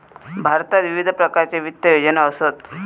भारतात विविध प्रकारच्या वित्त योजना असत